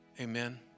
Amen